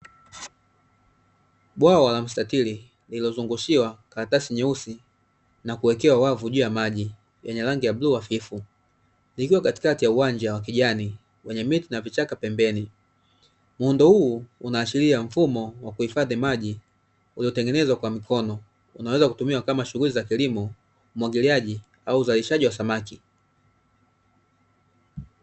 Bwawa la mstatiri, lililozungushiwa karatasi nyeusi na kuwekewa wavu juu ya maji, yenye rangi ya bluu hafifu, ikiwa katikati ya uwanja wa kijani wenye miti na vichaka pembeni. Muundo huu unaashiria mfumo wa kuhifadhi maji uliotengenezwa kwa mikono, unaweza kutumika kama shughuli za kilimo cha umwagiliaji au uzalishaji wa samaki.